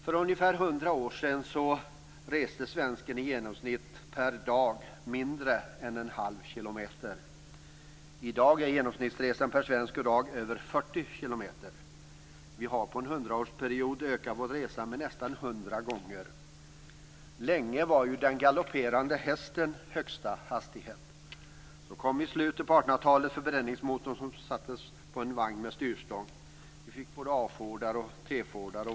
För ungefär 100 år sedan reste svensken i genomsnitt mindre än en halv kilometer per dag. I dag är genomsnittsresandet per svensk och dag över 40 kilometer. Vi har under en hundraårsperiod ökat vårt resande med nästan 100 gånger. Länge motsvarade den galopperande hästen högsta hastighet. Så kom i slutet av 1800-talet förbränningsmotorn som sattes på en vagn med styrstång. Vi fick både A-fordar och T fordar.